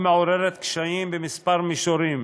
מעוררת קשיים בכמה מישורים.